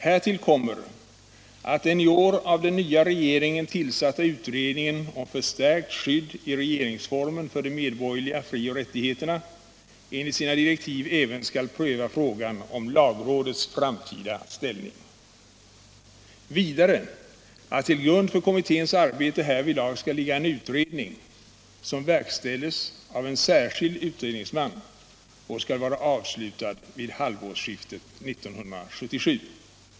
Härtill kommer att den i år av den nya regeringen tillsatta utredningen om förstärkt skydd i regeringsformen för de medborgerliga frioch rättigheterna enligt sina direktiv även skall pröva frågan om lagrådets framtida ställning, och vidare att till grund för kommitténs arbete härvidlag skall ligga en utredning som verkställs av en särskild utredningsman och skall vara avslutad vid halvårsskiftet 1977.